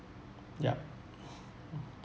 ya